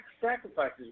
sacrifices